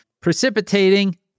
precipitating